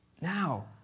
Now